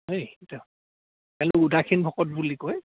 এই এতিয়া উদাসীন ভকত বুলি কয়